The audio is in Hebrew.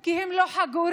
כי הם לא חגורים.